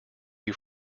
you